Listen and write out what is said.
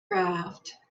raft